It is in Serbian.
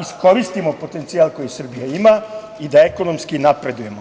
iskoristimo potencijal koji Srbija ima i da ekonomski napredujemo.